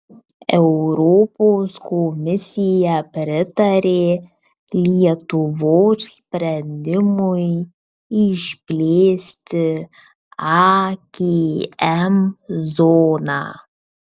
europos komisija pritarė lietuvos sprendimui išplėsti akm zoną